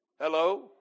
Hello